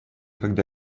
когда